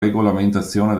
regolamentazione